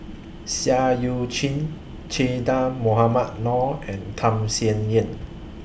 Seah EU Chin Che Dah Mohamed Noor and Tham Sien Yen